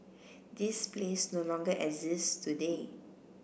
this place no longer exist today